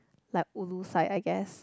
like ulu side I guess